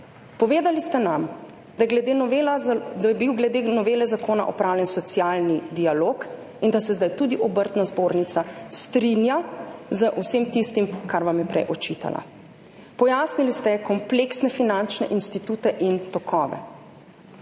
Povedali ste nam, da je bil glede novele zakona opravljen socialni dialog in da se zdaj tudi Obrtna zbornica strinja z vsem tistim, kar vam je prej očitala. Pojasnili ste kompleksne finančne institute in tokove.